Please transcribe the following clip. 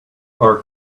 our